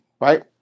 right